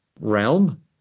realm